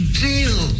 deal